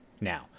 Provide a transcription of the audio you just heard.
Now